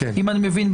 אם אני מבין,